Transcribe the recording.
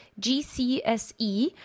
GCSE